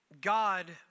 God